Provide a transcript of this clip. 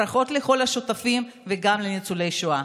ברכות לכל השותפים וגם לניצולי השואה.